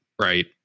Right